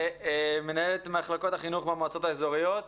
ומנהל את מחלקות החינוך במועצות האזוריות.